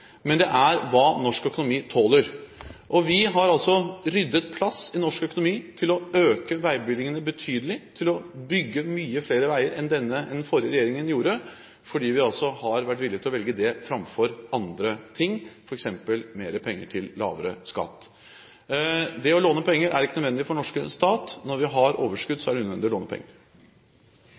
men det er hva norsk økonomi tåler. Vi har ryddet plass i norsk økonomi til å øke veibevilgningene betydelig for å bygge mange flere veier enn den forrige regjeringen gjorde, fordi vi har vært villig til å velge det framfor andre ting – f.eks. mer penger til lavere skatt. Det å låne penger er ikke nødvendig for den norske stat. Når vi har overskudd, er det unødvendig å låne penger.